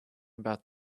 about